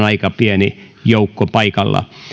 aika pieni joukko paikalla